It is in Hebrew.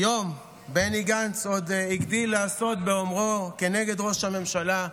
היום בני גנץ עוד הגדיל לעשות באומרו כנגד ראש הממשלה,